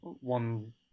one